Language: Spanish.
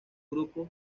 grupos